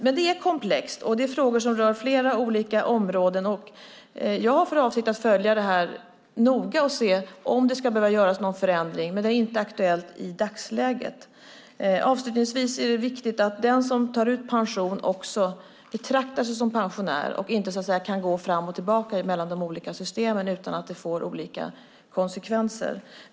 Detta är komplext, och det är frågor som rör flera olika områden. Jag har för avsikt att följa detta noga och se om det ska göras någon förändring, men det är inte aktuellt i dagsläget. Avslutningsvis vill jag säga att det är viktigt att den som tar ut pension också betraktar sig som pensionär och inte kan gå fram och tillbaka mellan de olika systemen utan att det får konsekvenser.